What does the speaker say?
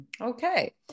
Okay